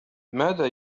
ماذا